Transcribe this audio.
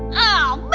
oh,